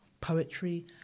poetry